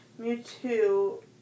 Mewtwo